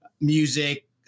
music